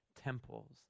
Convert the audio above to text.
temples